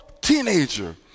teenager